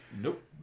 nope